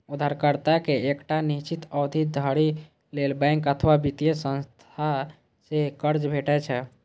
उधारकर्ता कें एकटा निश्चित अवधि धरि लेल बैंक अथवा वित्तीय संस्था सं कर्ज भेटै छै